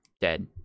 dead